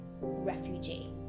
refugee